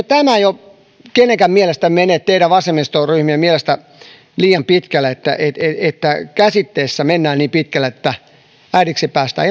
tämä kenenkään mielestä teidän vasemmistoryhmien mielestä jo mene liian pitkälle että että käsitteissä mennään niin pitkälle että äidiksi päästään